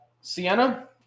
Sienna